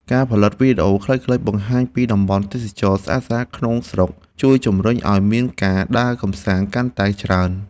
ការផលិតវីដេអូខ្លីៗបង្ហាញពីតំបន់ទេសចរណ៍ស្អាតៗក្នុងស្រុក ជួយជម្រុញឱ្យមានការដើរកម្សាន្តកាន់តែច្រើន។